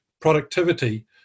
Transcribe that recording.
productivity